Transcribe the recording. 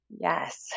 yes